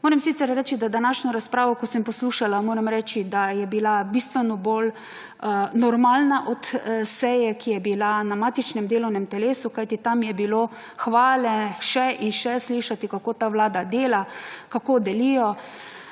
Moram sicer reči, da današnjo razpravo, ko sem poslušala, moram reči, da je bila bistveno bolj normalna od seje, ki je bila na matičnem delovnem telesu. Kajti tam je bilo hvale še in še slišati, kako ta vlada dela, kako delijo.